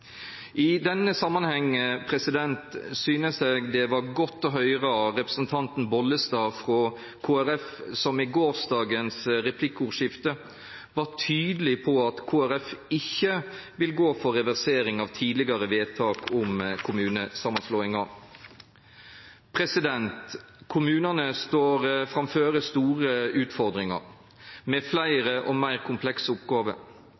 I denne samanhengen synest eg det var godt å høyra representanten Bollestad frå Kristeleg Folkeparti som i gårdagens replikkordskifte var tydeleg på at Kristeleg Folkeparti ikkje vil gå for reversering av tidlegare vedtak om kommunesamanslåingar. Kommunane står framføre store utfordringar med fleire og meir komplekse oppgåver.